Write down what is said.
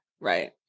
right